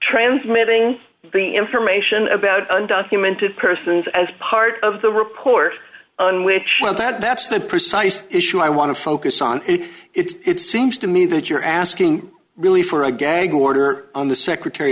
transmitting the information about undocumented persons as part of the report on which that's the precise issue i want to focus on it's seems to me that you're asking really for a gag order on the secretary